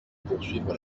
poursuivre